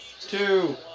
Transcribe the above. Two